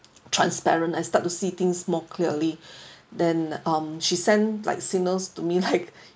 transparent I start to see things more clearly then um she sent like signals to me like